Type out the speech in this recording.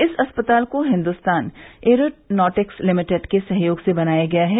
इस अस्पताल को हिन्दुस्तान एयरोनॉटिक्स लिमिटेड के सहयोग से बनाया गया है